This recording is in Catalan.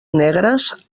negres